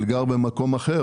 אבל גר במקום אחר,